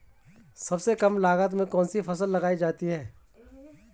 सबसे कम लागत में कौन सी फसल उगाई जा सकती है